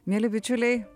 mieli bičiuliai